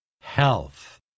health